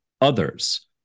others